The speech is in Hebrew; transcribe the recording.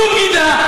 זו בגידה.